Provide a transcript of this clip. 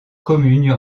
commune